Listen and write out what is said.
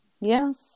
yes